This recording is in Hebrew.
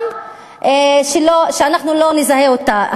גם שאנחנו לא נזהה אותה.